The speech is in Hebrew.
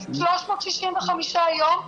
365 יום,